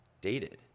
dated